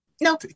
No